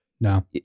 No